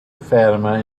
fatima